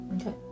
Okay